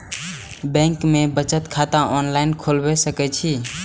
Bank में बचत खाता ऑनलाईन खोलबाए सके छी?